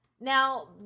Now